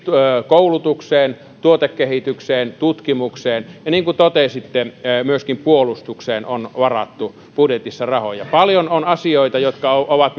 koulutukseen tuotekehitykseen tutkimukseen ja niin kuin totesitte myöskin puolustukseen on varattu budjetissa rahoja paljon on asioita jotka ovat